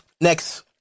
Next